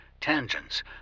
tangents